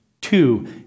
Two